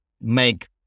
make